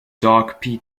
dark